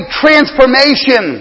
transformation